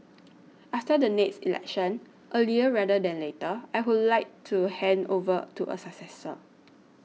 after the next election earlier rather than later I would like to hand over to a successor